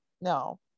No